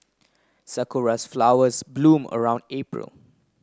sakuras flowers bloom around April